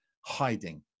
hiding